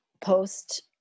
post